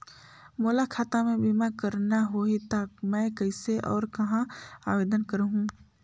मोला खाता मे बीमा करना होहि ता मैं कइसे और कहां आवेदन करहूं?